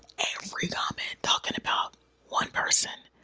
every comment, talking about one person.